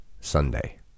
Sunday